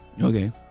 Okay